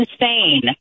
insane